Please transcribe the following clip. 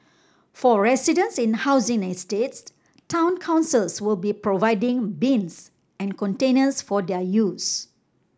for residents in housing estates town councils will be providing bins and containers for their use